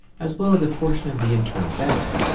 as well as a portion of the internal battery.